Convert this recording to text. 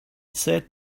said